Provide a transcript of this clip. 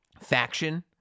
faction